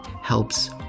helps